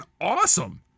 awesome